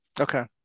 Okay